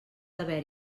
haver